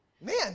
man